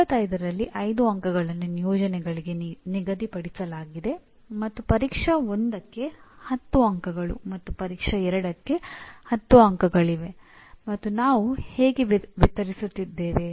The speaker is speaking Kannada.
25 ರಲ್ಲಿ 5 ಅಂಕಗಳನ್ನು ನಿಯೋಜನೆಗಳಿಗೆ ನಿಗದಿಪಡಿಸಲಾಗಿದೆ ಮತ್ತು ಪರೀಕ್ಷಾ 1 ಕ್ಕೆ 10 ಅಂಕಗಳು ಮತ್ತು ಪರೀಕ್ಷಾ 2 ಕ್ಕೆ 10 ಅಂಕಗಳಿವೆ ಮತ್ತು ನಾವು ಹೇಗೆ ವಿತರಿಸುತ್ತಿದ್ದೇವೆ